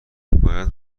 باید